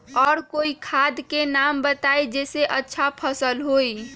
और कोइ खाद के नाम बताई जेसे अच्छा फसल होई?